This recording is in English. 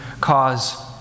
cause